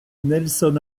nelson